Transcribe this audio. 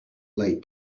late